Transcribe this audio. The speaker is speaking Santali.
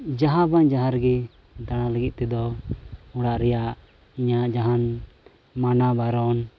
ᱡᱟᱦᱟᱸ ᱵᱟᱝ ᱡᱟᱦᱟᱸ ᱨᱮᱜᱮ ᱫᱟᱬᱟ ᱞᱟᱹᱜᱤᱫ ᱛᱮᱫᱚ ᱚᱲᱟᱜ ᱨᱮᱭᱟᱜ ᱤᱧᱟᱹᱜ ᱡᱟᱦᱟᱱ ᱢᱟᱱᱟ ᱵᱟᱨᱚᱱ